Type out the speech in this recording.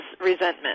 resentment